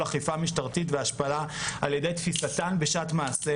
אכיפה משטרתית והשפלה על ידי תפיסתן בשעת מעשה,